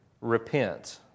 repent